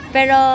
Pero